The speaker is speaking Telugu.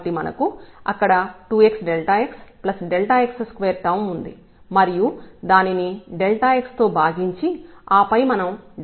కాబట్టి మనకు అక్కడ 2xxΔx2 టర్మ్ ఉంది మరియు దానిని x తో భాగించి ఆపై మనం x→0 లిమిట్ ను తీసుకుంటాం